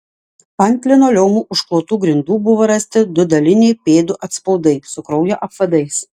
ant linoleumu užklotų grindų buvo rasti du daliniai pėdų atspaudai su kraujo apvadais